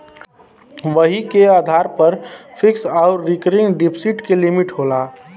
वही के आधार पर फिक्स आउर रीकरिंग डिप्सिट के लिमिट होला